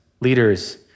leaders